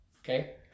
okay